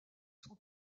sont